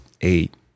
eight